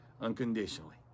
unconditionally